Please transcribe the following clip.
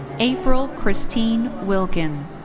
april christine wilkin.